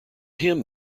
him